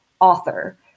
author